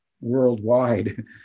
worldwide